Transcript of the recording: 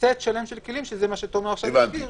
סט שלם של כלים, שזה מה שתומר עכשיו הזכיר.